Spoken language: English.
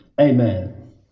Amen